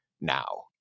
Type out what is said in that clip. now